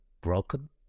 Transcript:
broken